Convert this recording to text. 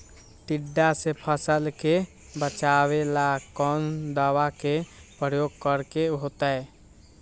टिड्डा से फसल के बचावेला कौन दावा के प्रयोग करके होतै?